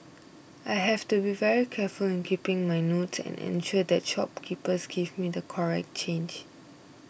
I have to be very careful in keeping my notes and ensure that shopkeepers give me the correct change